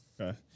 Okay